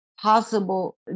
possible